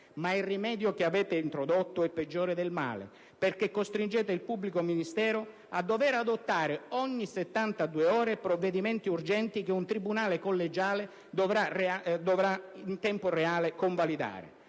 Ma il rimedio che avete introdotto è peggiore del male perché costringete il pubblico ministero a dover adottare ogni 72 ore provvedimenti urgenti che un tribunale collegiale dovrà in tempo reale convalidare.